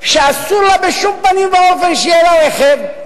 שאסור לה בשום פנים ואופן שיהיה לה רכב,